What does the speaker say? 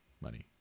money